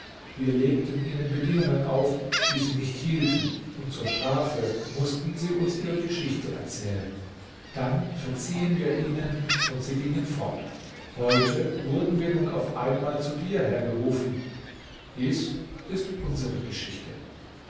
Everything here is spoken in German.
wir legten ihnen bedingungen auf die sie nicht hielten und zur strafe mußten sie uns ihre geschichte erzählen dann verziehen wir ihnen und sie gingen fort heute wurden wir nun auf einmal zu dir hergerufen dies ist unsere geschichte